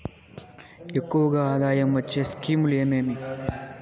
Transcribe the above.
ఎక్కువగా ఆదాయం వచ్చే స్కీమ్ లు ఏమేమీ?